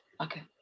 Okay